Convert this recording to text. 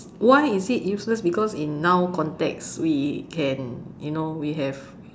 why is it useless because in now context we can you know we have